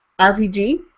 RPG